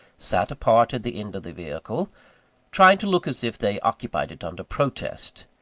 sat apart at the end of the vehicle trying to look as if they occupied it under protest,